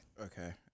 Okay